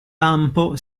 lampo